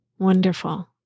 Wonderful